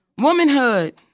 Womanhood